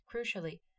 crucially